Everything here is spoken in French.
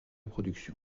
production